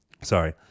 Sorry